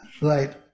Right